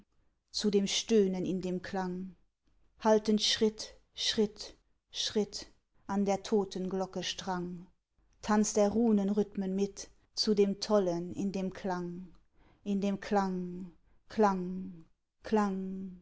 zu dem stöhnen in dem klang haltend schritt schritt schritt an der totenglocke strang tanzt er runenrhythmen mit zu dem tollen in dem klang in dem klang klang klang